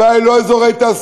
הבעיה היא לא אזורי תעשייה,